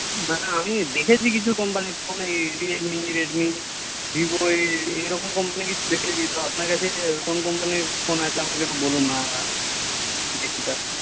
না আমি দেখেছি কিছু কোম্পানি ওই রিয়েলমি রেডমি ভিভো এই এই রকম কোম্পানি কিছু দেখেছি তো আপনার কাছে কোন কোম্পানির ফোন আছে আমাকে একটু বলুন না দেখি তারপর